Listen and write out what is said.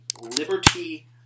liberty